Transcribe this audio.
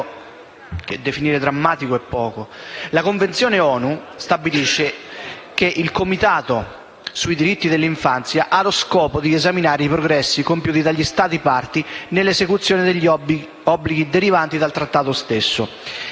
dell'infanzia istituisce il Comitato sui diritti dell'infanzia allo scopo di esaminare i progressi, compiuti dagli Stati parti, nell'esecuzione degli obblighi derivanti dal trattato.